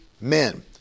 men